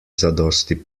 zadosti